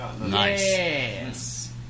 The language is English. Nice